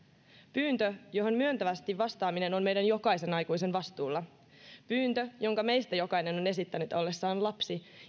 pyyntö johon myöntävästi vastaaminen on meidän jokaisen aikuisen vastuulla pyyntö jonka meistä jokainen on esittänyt ollessaan lapsi